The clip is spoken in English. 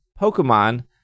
Pokemon